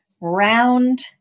round